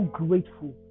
grateful